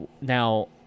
Now